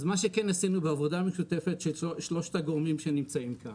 אז מה שכן עשינו בעבודה משותפת של שלושת הגורמים שנמצאים פה,